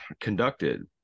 conducted